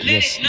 Yes